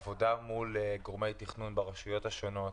עבודה מול גורמי תכנון ברשויות השונות.